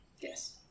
Yes